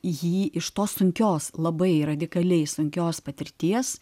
jį iš tos sunkios labai radikaliai sunkios patirties